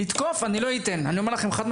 לתקוף אני לא אתן, אני אומר חד-משמעית.